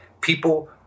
People